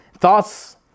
thoughts